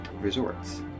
Resorts